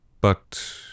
But